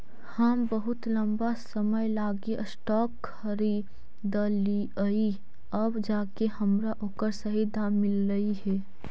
हम बहुत लंबा समय लागी स्टॉक खरीदलिअइ अब जाके हमरा ओकर सही दाम मिललई हे